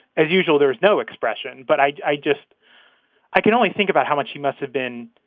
as usual, there is no expression. but i just i can only think about how much he must have been.